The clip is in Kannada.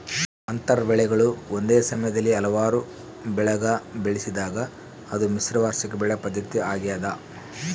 ಅಂತರ ಬೆಳೆಗಳು ಒಂದೇ ಸಮಯದಲ್ಲಿ ಹಲವಾರು ಬೆಳೆಗ ಬೆಳೆಸಿದಾಗ ಅದು ಮಿಶ್ರ ವಾರ್ಷಿಕ ಬೆಳೆ ಪದ್ಧತಿ ಆಗ್ಯದ